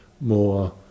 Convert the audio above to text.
more